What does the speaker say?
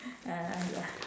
uh ya